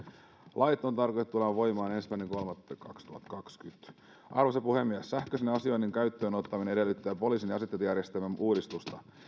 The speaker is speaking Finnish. lait on tarkoitettu tulemaan voimaan ensimmäinen kolmatta kaksituhattakaksikymmentä arvoisa puhemies sähköisen asioinnin käyttöön ottaminen edellyttää poliisin asetietojärjestelmän uudistusta